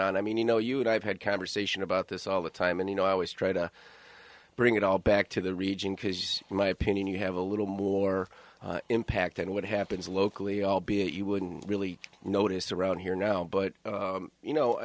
mean you know you and i have had conversation about this all the time and you know i always try to bring it all back to the region because in my opinion you have a little more impact than what happens locally albeit you wouldn't really notice around here no but you know i